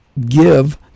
give